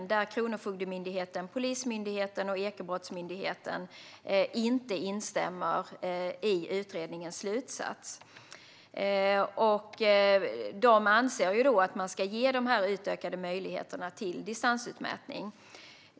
Där instämmer Kronofogdemyndigheten, Polismyndigheten och Ekobrottsmyndigheten inte i utredningens slutsats utan anser att man ska ge de här utökade möjligheterna till distansutmätning.